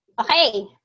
okay